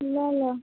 ल ल